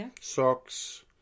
socks